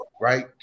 right